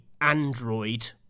android